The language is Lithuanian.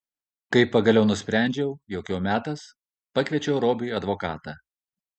kai pagaliau nusprendžiau jog jau metas pakviečiau robiui advokatą